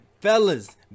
fellas